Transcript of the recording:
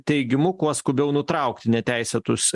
teigimu kuo skubiau nutraukti neteisėtus